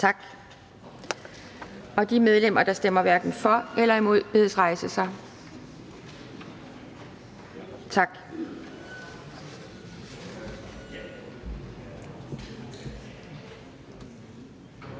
Tak. De medlemmer, der stemmer hverken for eller imod, bedes rejse sig. Tak.